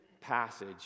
passage